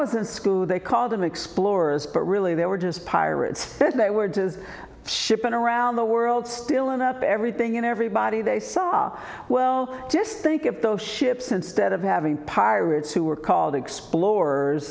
was in school they called them explorers but really they were just pirates fed they were just shipping around the world still and up everything and everybody they saw well just think of those ships instead of having pirates who were called explorers